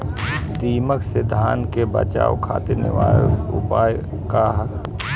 दिमक से धान के बचावे खातिर निवारक उपाय का ह?